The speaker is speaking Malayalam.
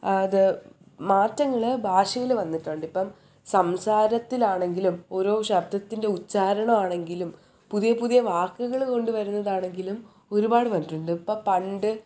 അത് മാറ്റങ്ങൾ ഭാഷയിൽ വന്നിട്ടുണ്ട് ഇപ്പം സംസാരത്തിലാണെങ്കിലും ഒരോ ശബ്ദത്തിൻ്റെ ഉച്ചാരണം ആണെങ്കിലും പുതിയ പുതിയ വാക്കുകൾ കൊണ്ട് വരുന്നതാണെങ്കിലും ഒരുപാട് മാറ്റം ഉണ്ട് ഇപ്പം പണ്ട്